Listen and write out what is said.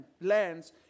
lands